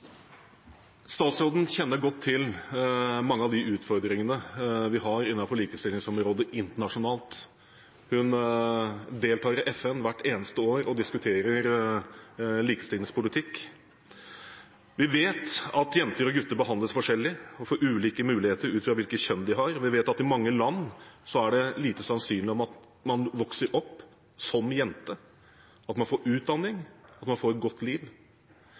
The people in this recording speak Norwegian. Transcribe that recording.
Statsråden kjenner godt til mange av de utfordringene vi har innenfor likestillingsområdet internasjonalt. Hun deltar i FN hvert eneste år og diskuterer likestillingspolitikk. Vi vet at jenter og gutter behandles forskjellig og får ulike muligheter ut fra hvilket kjønn de har, og vi vet at i mange land er det lite sannsynlig når man vokser opp som jente, at man får utdanning, at man får et godt liv.